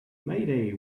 mayday